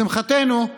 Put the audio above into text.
לשמחתנו,